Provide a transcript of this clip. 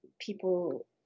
people